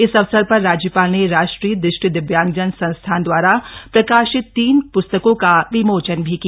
इस अवसर पर राज्यपाल ने राष्ट्रीय दृष्टि दिव्यांगजन संस्थान दवारा प्रकाशित तीन प्स्तकों का विमोचन भी किया